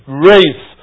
grace